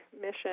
mission